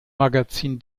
magazin